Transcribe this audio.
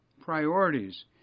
priorities